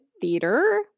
theater